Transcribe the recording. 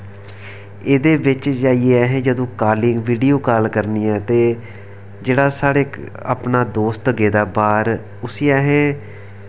एह्दे बिच्च जाइयै अस जदूं कालिंग वीडियो कॉल करनी ऐ ते जेह्ड़े साढ़ा अपना दोस्त गेदा बाह्र उस्सी असें